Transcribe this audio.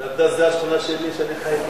"דרדס" זה השכונה שלי, שאני חי בה.